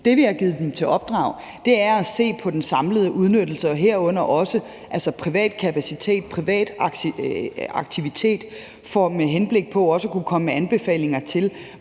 Det, vi har givet dem i opdrag, er at se på den samlede udnyttelse og herunder også privat kapacitet og privat aktivitet med henblik på også at kunne komme med anbefalinger til,